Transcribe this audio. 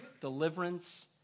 deliverance